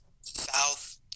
south